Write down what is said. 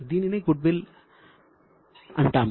దీనినే గుడ్విల్ అంటాము